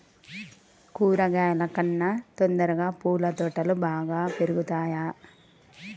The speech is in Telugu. కూరగాయల కన్నా తొందరగా పూల తోటలు బాగా పెరుగుతయా?